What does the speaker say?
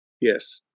Yes